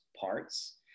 parts